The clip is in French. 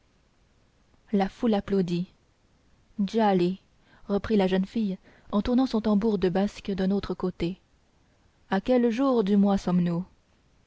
la foule applaudit djali reprit la jeune fille en tournant son tambour de basque d'un autre côté à quel jour du mois sommes-nous